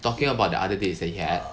talking about the other dates that he had